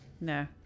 No